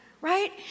Right